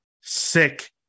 sick